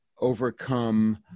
overcome